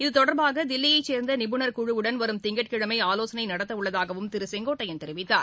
இது தொடர்பாக தில்லியை சேர்ந்த நிபுணர்குழுவுடன் வரும் திங்கட்கிழமை ஆலோசனை நடத்தவுள்ளதாகவும் திரு செங்கோட்டையன் தெரிவித்தார்